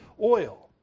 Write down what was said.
oil